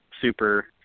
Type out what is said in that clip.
super